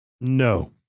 No